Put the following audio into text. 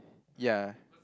ya